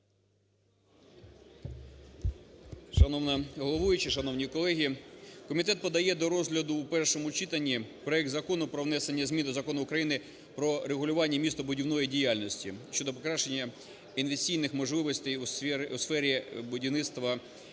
Шановна головуюча, шановні колеги, комітет подає до розгляду в першому читанні проект Закону про внесення зміни до Закону України "Про регулювання містобудівної діяльності" щодо покращення інвестиційних можливостей у сфері виробництва